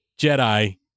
Jedi